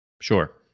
Sure